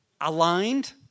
aligned